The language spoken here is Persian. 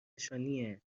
نشانیه